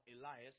Elias